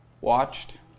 watched